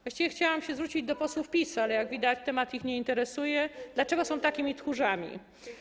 Właściwie chciałabym się zwrócić do posłów PiS, ale jak widać, temat ich nie interesuje, dlaczego są takimi tchórzami.